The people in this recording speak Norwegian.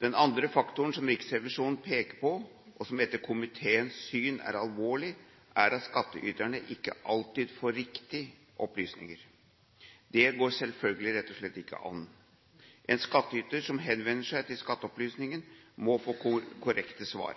Den andre faktoren som Riksrevisjonen peker på, og som etter komiteens syn er alvorlig, er at skattyterne ikke alltid får riktige opplysninger. Det går selvfølgelig rett og slett ikke an. En skattyter som henvender seg til Skatteopplysningen, må få korrekte svar.